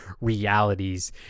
realities